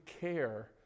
care